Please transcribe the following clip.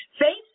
faith